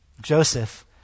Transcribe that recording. Joseph